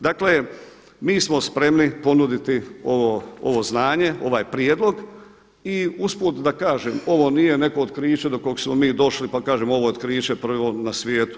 Dakle, mi smo spremni ponuditi ovo znanje, ovaj prijedlog i usput da kaže ovo nije neko otkriće do kog smo mi došli pa kažem ovo otkriće prvo na svijetu.